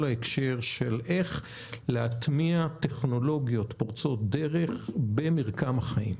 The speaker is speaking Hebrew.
איך להטמיע טכנולוגיות פורצות דרך במרקם החיים.